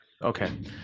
Okay